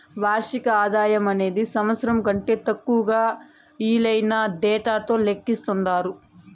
వార్షిక ఆదాయమనేది సంవత్సరం కంటే తక్కువ ఇలువైన డేటాతో లెక్కిస్తండారు